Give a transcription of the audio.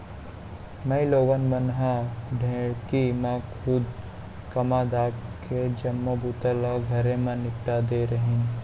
माइलोगन मन ह ढेंकी म खुंद कमा धमाके जम्मो बूता ल घरे म निपटा देत रहिन